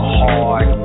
hard